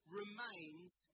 remains